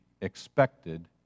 expected